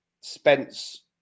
Spence